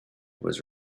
was